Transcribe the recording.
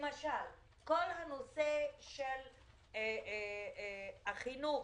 בכל הנושא של החינוך,